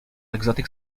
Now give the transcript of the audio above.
exotic